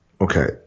okay